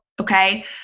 okay